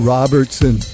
Robertson